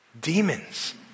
demons